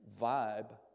vibe